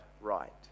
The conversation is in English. right